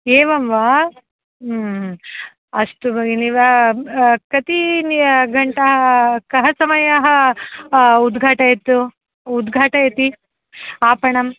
एवं वा अस्तु भगिनि वा कति घण्टाः कः समयः उद्घाटयतु उद्घाटयति आपणं